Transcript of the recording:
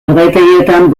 urdaitegietan